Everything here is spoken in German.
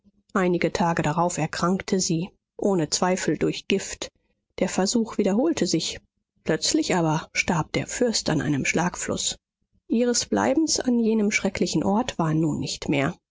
einige tage darauf erkrankte sie ohne zweifel durch gift der versuch wiederholte sich plötzlich aber starb der fürst an einem schlagfluß ihres bleibens an jenem schrecklichen ort war nun nicht mehr